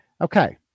Okay